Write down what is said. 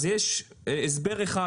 אז יש הסבר אחד,